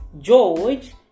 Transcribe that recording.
George